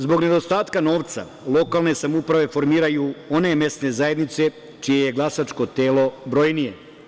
Zbog nedostatka novca, lokalne samouprave formiraju one mesne zajednice čije je glasačko telo brojnije.